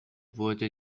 wurde